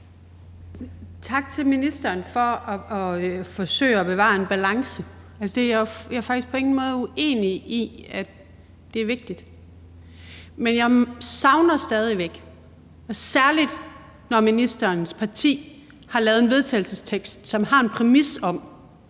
Tak til ministeren for at forsøge at bevare en balance. Altså, jeg er faktisk på ingen måde uenig i, at det er vigtigt. Men jeg savner stadig væk, særlig når ministerens parti har lavet en vedtagelsestekst, som har en præmis om,